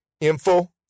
info